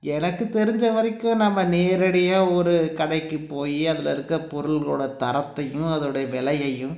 எனக்கு தெரிஞ்ச வரைக்கும் நம்ம நேரடியாக ஒரு கடைக்கு போய் அதில் இருக்கற பொருள்களோடய தரத்தையும் அதோடைய விலையையும்